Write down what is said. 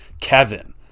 Kevin